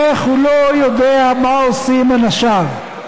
איך הוא לא יודע מה עושים אנשיו,